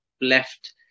left